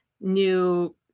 new